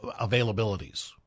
availabilities